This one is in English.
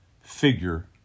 figure